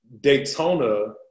Daytona